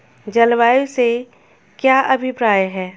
जलवायु से क्या अभिप्राय है?